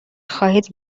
خواهید